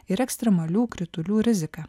ir ekstremalių kritulių rizika